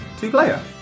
Two-player